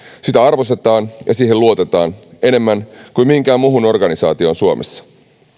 sitä arvostetaan ja siihen luotetaan enemmän kuin mihinkään muuhun organisaatioon suomessa